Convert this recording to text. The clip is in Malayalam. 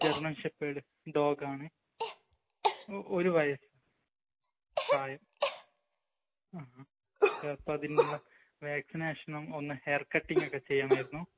ജെർമൻ ഷെപ്പേഡ് ഡോഗാണ് ഒരു വയസ്സ് പ്രായം ആ അപ്പോള് അതിനുള്ള വാക്ക്സിനേഷനും ഒന്ന് ഹെയർ കട്ടിങ്ങൊക്കെ ചെയ്യണമായിരുന്നു